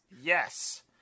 Yes